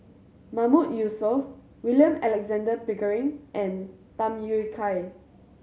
Mahmood Yusof William Alexander Pickering and Tham Yui Kai